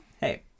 hey